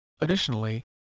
Additionally